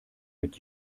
mit